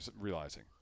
realizing